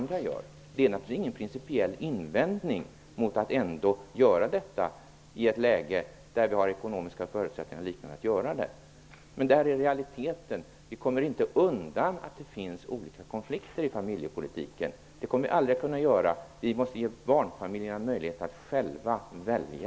Det är naturligtvis ingen principiell invändning mot att ändå göra detta, i ett läge då vi har ekonomiska förutsättningar att göra det. Men i realiteten kommer vi inte undan att det finns olika konflikter i familjepolitiken. Vi måste ge barnfamiljerna möjlighet att själva välja.